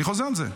אני חוזר על זה.